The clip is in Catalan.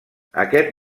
aquest